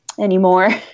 anymore